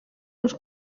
uns